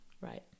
Right